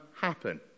happen